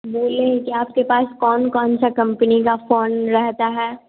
बोले हैं कि आप के पास कौन कौनसा कम्पनी का फ़ोन रहता है